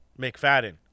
McFadden